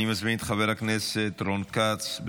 אני מזמין את חבר הכנסת רון כץ.